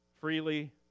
Freely